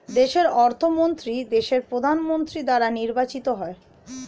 দেশের অর্থমন্ত্রী দেশের প্রধানমন্ত্রী দ্বারা নির্বাচিত হয়